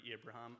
Abraham